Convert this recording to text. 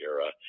Era